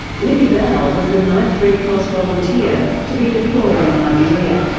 libby bowell was the ninth red cross volunteer to be deployed in liberia.